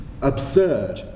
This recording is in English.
absurd